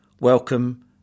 Welcome